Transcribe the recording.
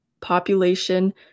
population